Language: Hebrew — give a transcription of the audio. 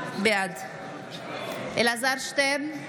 בעד אלעזר שטרן,